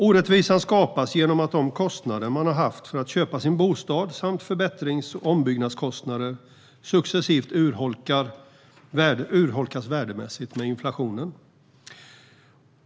Orättvisan skapas genom att de kostnader man haft för att köpa sin bostad samt förbättrings och ombyggnadskostnader successivt urholkas värdemässigt med inflationen.